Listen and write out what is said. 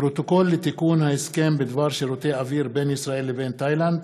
פרוטוקול לתיקון ההסכם בדבר שירותי אוויר בין ישראל לבין תאילנד,